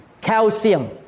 calcium